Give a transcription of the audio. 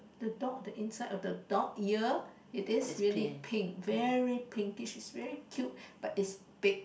the dog the inside of the dog ear it is really pink very pinkish is very cute but is big